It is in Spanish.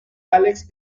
alex